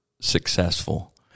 successful